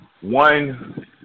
one